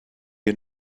you